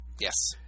Yes